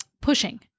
pushing